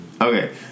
Okay